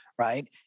right